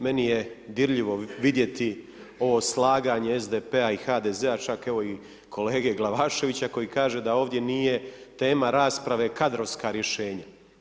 Meni je dirljivo vidjeti ovo slaganje SDP-a i HDZ-a, čak, evo i kolege Glavaševića koji kaže da ovdje nije tema rasprave kadrovska rješenja.